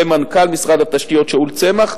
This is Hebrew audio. ומנכ"ל משרד התשתיות שאול צמח,